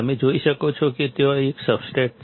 તમે જોઈ શકો છો કે ત્યાં એક સબસ્ટ્રેટ છે